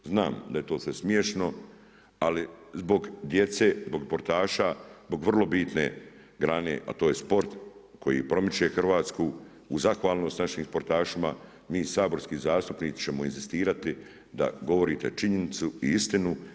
Znam da je to sve smiješno, ali zbog djece, zbog sportaša, zbog vrlo bitne grane, a to je sport koji promiče Hrvatsku u zahvalnost našim sportašima mi saborski zastupnici ćemo inzistirati da govorite činjenicu i istinu.